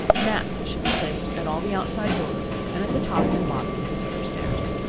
mats should be placed at all the outside doors, and at the top and bottom of the cellar stairs.